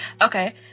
Okay